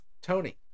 Tony